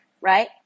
right